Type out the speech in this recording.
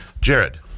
Jared